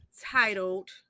titled